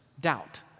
doubt